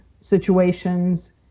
situations